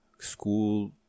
school